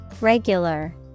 Regular